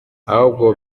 ahubwo